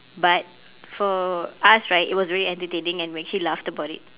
but for us right it was very entertaining and we actually laughed about it